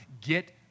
get